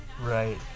Right